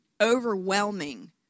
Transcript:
overwhelming